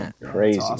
Crazy